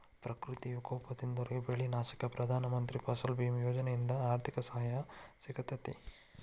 ಪ್ರಕೃತಿ ವಿಕೋಪದಿಂದಾಗೋ ಬೆಳಿ ನಾಶಕ್ಕ ಪ್ರಧಾನ ಮಂತ್ರಿ ಫಸಲ್ ಬಿಮಾ ಯೋಜನೆಯಿಂದ ಆರ್ಥಿಕ ಸಹಾಯ ಸಿಗತೇತಿ